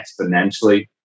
exponentially